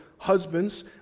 husbands